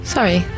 Sorry